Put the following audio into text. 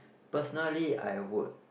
personally I would